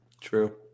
True